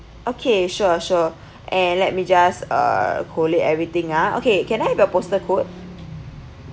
okay sure sure and let me just uh correct everything ah okay can I have your postal code